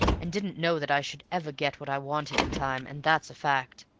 and didn't know that i should ever get what i wanted in time, and that's a fact.